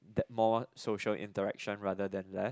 that more social interaction rather than less